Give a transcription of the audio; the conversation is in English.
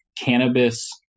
cannabis